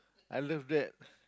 I love that